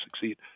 succeed